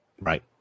Right